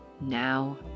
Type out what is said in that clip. now